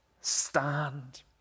stand